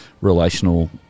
relational